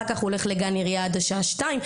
אחר כך הוא הולך לגן עירייה עד השעה שתיים,